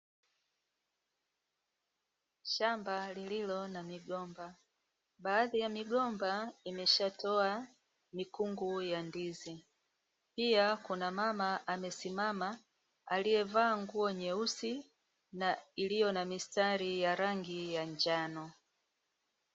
Shamba lililo na migomba. Baadhi ya migomba imeshatoa mikungu ya ndizi, pia kuna mama amesimama aliyevaa nguo nyeusi na iliyo na mistari ya rangi ya njano.